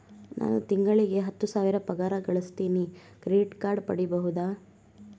ನಾನು ತಿಂಗಳಿಗೆ ಹತ್ತು ಸಾವಿರ ಪಗಾರ ಗಳಸತಿನಿ ಕ್ರೆಡಿಟ್ ಕಾರ್ಡ್ ಪಡಿಬಹುದಾ?